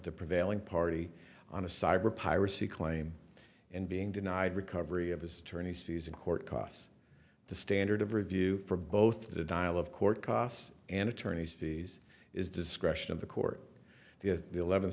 the prevailing party on a cyber piracy claim and being denied recovery of his attorneys fees and court costs the standard of review for both denial of court costs and attorney's fees is discretion of the court the eleventh